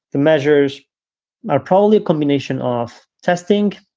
the measures are probably a combination of testing,